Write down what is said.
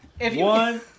One